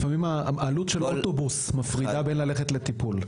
לפעמים העלות של אוטובוס מפרידה בין ללכת לטיפול.